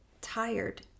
tired